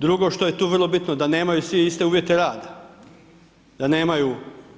Drugo što je tu vrlo bitno da nemaju svi iste uvjete rada, da nemaju